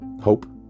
hope